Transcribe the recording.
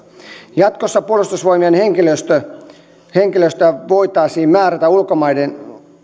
jatkossa puolustusvoimien henkilöstöä henkilöstöä voitaisiin määrätä ulkomaiden